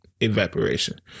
evaporation